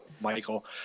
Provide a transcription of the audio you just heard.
Michael